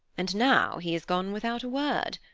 and now he is gone without a word.